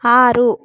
ಆರು